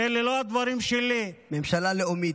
ואלה לא הדברים שלי, ממשלה לאומית.